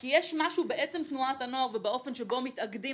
יש משהו בעצם תנועות הנוער ובאופן שבו מתאגדים